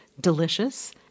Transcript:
delicious